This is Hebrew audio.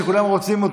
שכולם רוצים,